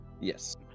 Yes